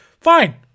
Fine